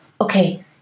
okay